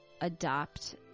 adopt